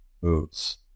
boots